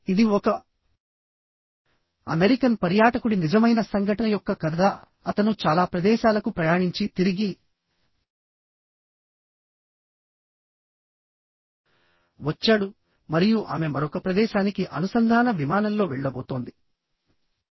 ఇది ఒక అమెరికన్ పర్యాటకుడి నిజమైన సంఘటన యొక్క కథ అతను చాలా ప్రదేశాలకు ప్రయాణించి తిరిగి వచ్చాడు మరియు ఆమె మరొక ప్రదేశానికి అనుసంధాన విమానంలో వెళ్లబోతోంది